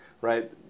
right